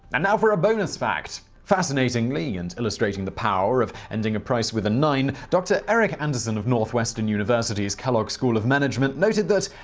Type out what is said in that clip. and ah bonus fact fascinatingly, and illustrating the power of ending a price with nine, dr. eric anderson of northwestern university's kellogg school of management, noted that.